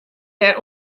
dêr